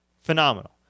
phenomenal